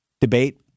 debate